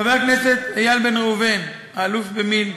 חבר הכנסת איל בן ראובן, האלוף במיל',